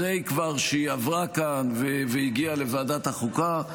אחרי שהיא עברה כאן והגיעה לוועדת החוקה.